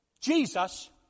Jesus